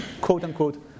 quote-unquote